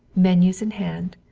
menus in hand,